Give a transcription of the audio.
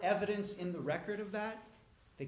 evidence in the record of that th